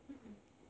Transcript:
mm mm